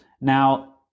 Now